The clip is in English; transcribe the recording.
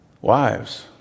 Wives